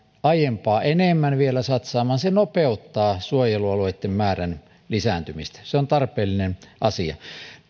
aiempaa enemmän se nopeuttaa suojelualueitten määrän lisääntymistä se on tarpeellinen asia